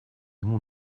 ему